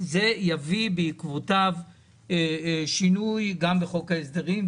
זה יביא שינוי גם בחוק ההסדרים,